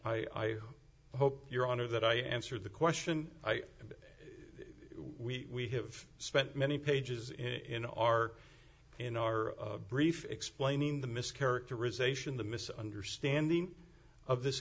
i hope your honor that i answered the question we have spent many pages in our in our brief explaining the mis characterization the mis understanding of this